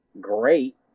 great